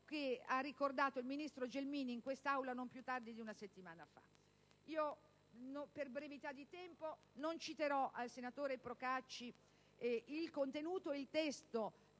quanto ricordato dal ministro Gelmini in quest'Aula non più tardi di una settimana fa. Per brevità di tempo non citerò al senatore Procacci il contenuto ed il testo